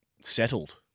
settled